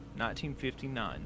1959